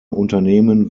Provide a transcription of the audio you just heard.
unternehmen